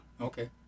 Okay